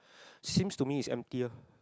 seems to me it's emptier